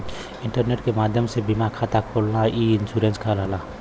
internet के माध्यम से बीमा खाता खोलना ई इन्शुरन्स कहलाला